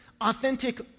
authentic